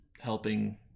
helping